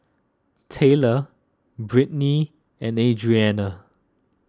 Tayla Brittni and Adrianna